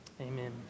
Amen